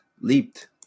leaped